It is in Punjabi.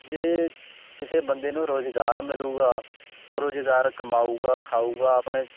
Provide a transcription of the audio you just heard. ਜੇ ਕਿਸੇ ਬੰਦੇ ਨੂੰ ਰੁਜ਼ਗਾਰ ਮਿਲੇਗਾ ਉਹ ਰੁਜ਼ਗਾਰ ਕਮਾਊਗਾ ਖਾਊਗਾ ਆਪਣੇ